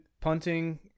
punting